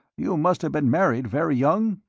you must have been married very young?